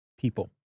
people